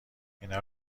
اینا